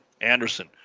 Anderson